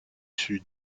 sud